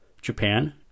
Japan